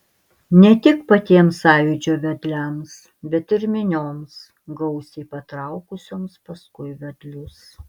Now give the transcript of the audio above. ne tik patiems sąjūdžio vedliams bet ir minioms gausiai patraukusioms paskui vedlius